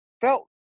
felt